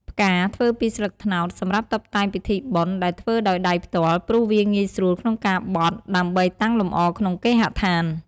ផ្កាធ្វើពីស្លឹកត្នោត សម្រាប់តុបតែងពិធីបុណ្យ ដែលធ្វើដោយដៃផ្ទាល់ ព្រោះវាងាយស្រួលក្នុងការបត់ ដើម្បីតាំងលម្អក្នុងគេហដ្ខាន។